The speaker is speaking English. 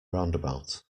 roundabout